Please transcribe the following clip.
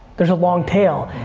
there's a long tale.